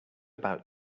about